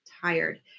tired